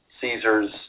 Caesar's